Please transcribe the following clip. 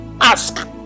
ask